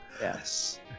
Yes